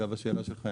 אגב השאלה שלך,